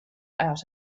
out